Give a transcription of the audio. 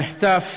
המחטף